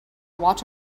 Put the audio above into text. watch